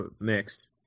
next